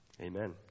Amen